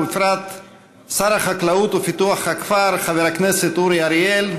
ובפרט שר החקלאות ופיתוח הכפר חבר הכנסת אורי אריאל,